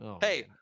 Hey